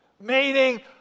meaning